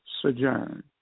Sojourn